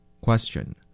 Question